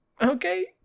Okay